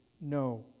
No